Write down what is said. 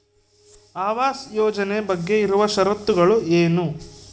ಆವಾಸ್ ಯೋಜನೆ ಬಗ್ಗೆ ಇರುವ ಶರತ್ತುಗಳು ಏನು?